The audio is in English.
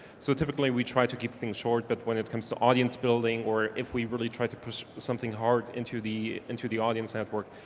so typically, we try to keep things short but when it comes to audience building or if we really try to push something hard into the into the audience network,